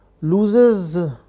loses